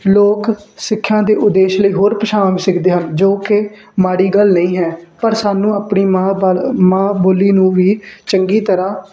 ਲੋਕ ਸਿੱਖਿਆ ਦੇ ਉਦੇਸ਼ ਲਈ ਹੋਰ ਭਾਸ਼ਾਵਾਂ ਵੀ ਸਿੱਖਦੇ ਹਨ ਜੋ ਕਿ ਮਾੜੀ ਗੱਲ ਨਹੀਂ ਹੈ ਪਰ ਸਾਨੂੰ ਆਪਣੀ ਮਾਂ ਬਲ ਮਾਂ ਬੋਲੀ ਨੂੰ ਵੀ ਚੰਗੀ ਤਰ੍ਹਾਂ